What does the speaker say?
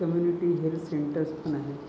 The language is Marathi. कम्युनिटी हेल्थ सेंटर्स पण आहेत